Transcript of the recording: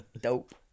Dope